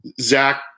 Zach